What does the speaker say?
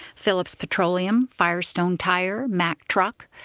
phillips petroleum, firestone tyre, mack truck,